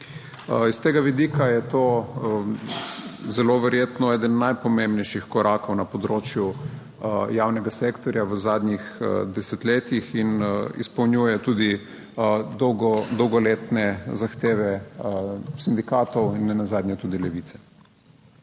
Iz tega vidika je to zelo verjetno eden najpomembnejših korakov na področju javnega sektorja v zadnjih desetletjih in izpolnjuje tudi dolgoletne zahteve sindikatov in nenazadnje tudi Levice.